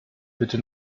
bitte